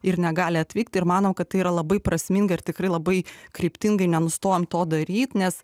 ir negali atvykti ir mano kad tai yra labai prasminga ir tikrai labai kryptingai nenustojam to daryt nes